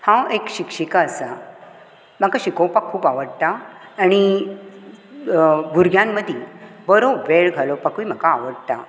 हांव एक शिक्षिका आसा म्हाका शिकोवपाक खूब आवडटां आनी भुरग्यां मदी बरो वेळ घालोवपाकूय म्हाका आवडटां